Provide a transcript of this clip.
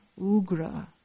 Ugra